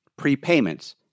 prepayments